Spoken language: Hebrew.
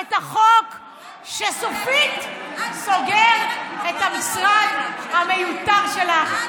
את החוק שסופית סוגר את המשרד המיותר שלך,